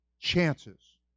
chances